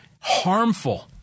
harmful